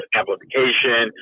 amplification